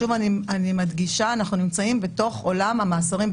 אבל אנחנו גם יודעים שמצבים קשים בחברה יוצרים חוקים בעייתיים,